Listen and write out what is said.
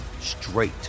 straight